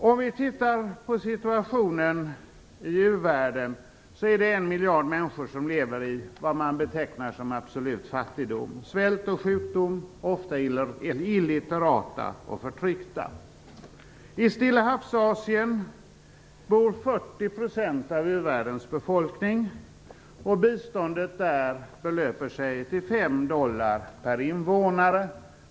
En miljard människor i u-världen lever i vad man betecknar som absolut fattigdom - svält och sjukdomar. De är ofta illiterata och förtryckta. I Stillahavsasien bor 40 % av u-världens befolkning. Biståndet där belöper sig till 5 dollar per invånare.